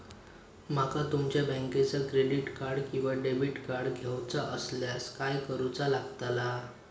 माका तुमच्या बँकेचा क्रेडिट कार्ड किंवा डेबिट कार्ड घेऊचा असल्यास काय करूचा लागताला?